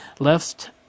left